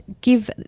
give